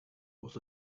was